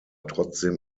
trotzdem